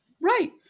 Right